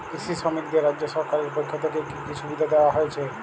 কৃষি শ্রমিকদের রাজ্য সরকারের পক্ষ থেকে কি কি সুবিধা দেওয়া হয়েছে?